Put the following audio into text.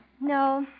No